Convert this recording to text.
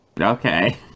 okay